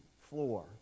floor